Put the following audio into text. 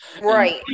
right